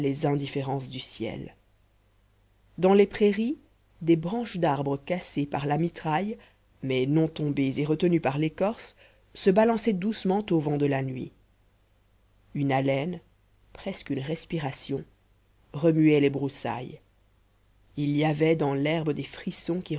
indifférences du ciel dans les prairies des branches d'arbre cassées par la mitraille mais non tombées et retenues par l'écorce se balançaient doucement au vent de la nuit une haleine presque une respiration remuait les broussailles il y avait dans l'herbe des frissons qui